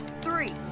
three